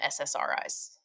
SSRIs